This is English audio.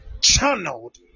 channeled